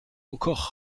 encore